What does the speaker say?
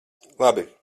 labi